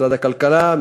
משרד הכלכלה,